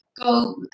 go